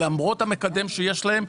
למרות המקדם שיש להם,